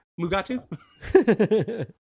Mugatu